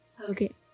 Okay